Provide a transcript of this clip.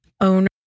owner